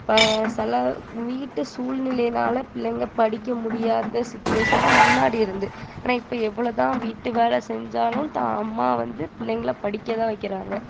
இப்போ சில வீட்டு சூல்நிலையினால் பிள்ளைங்கள் படிக்க முடியாத சுச்சுவேஷன்ல முன்னாடி இருந்து ஆனால் இப்போ எவ்வளோ தான் வீட்டு வேலை செஞ்சாலும் தான் அம்மா வந்து பிள்ளைங்களை படிக்க தான் வைக்கிறாங்க